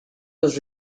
was